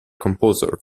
composer